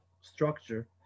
structure